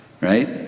right